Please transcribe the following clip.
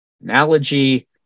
analogy